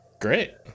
Great